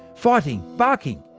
fighting, barking.